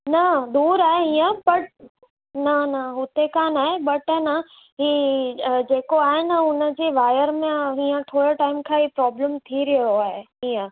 न दूरि आहे हीअं पर न न हुते कान आहे ॿ टन आहे ही जेको आहे न हुनजी वायर में हींअर थोरे टाइम खां ई प्रोब्लम थी रहियो आहे हीअं